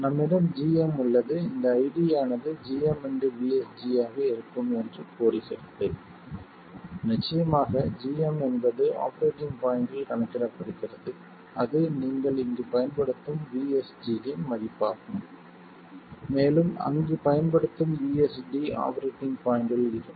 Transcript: நம்மிடம் gm உள்ளது இந்த iD ஆனது gmvSG ஆக இருக்கும் என்று கூறுகிறது நிச்சயமாக gm என்பது ஆபரேட்டிங் பாய்ண்ட்டில் கணக்கிடப்படுகிறது அது நீங்கள் இங்கு பயன்படுத்தும் VSG இன் மதிப்பாகும் மேலும் அங்கு பயன்படுத்தும் VSD ஆபரேட்டிங் பாய்ண்ட்டில் இருக்கும்